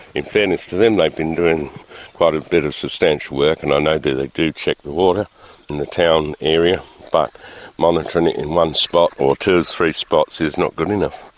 in fairness to them they've been doing quite a bit of substantial work and i know that they do check the water in the town area, but monitoring it in one spot or two or three spots is not good enough.